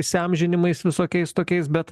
įsiamžinimais visokiais tokiais bet